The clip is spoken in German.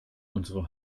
unsere